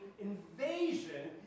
invasion